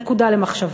נקודה למחשבה.